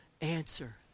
answer